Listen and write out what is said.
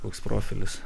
koks profilis